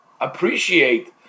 appreciate